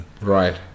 Right